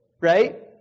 right